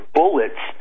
bullets